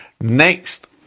next